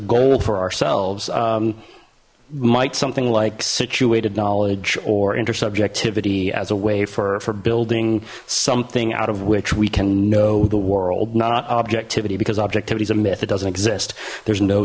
goal for ourselves might something like situated knowledge or intersubjectivity as a way for for building something out of which we can know the world not objectivity because objectivity is a myth it doesn't exist there's no